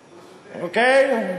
ולהגיד: חברים טובים, אתם, אוקיי?